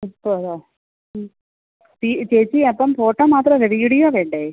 പോയോ തീം ചേച്ചി അപ്പം ഫോട്ടോ മാത്രമല്ല വീഡിയോ വേണ്ടേ